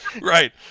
right